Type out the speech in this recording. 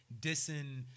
dissing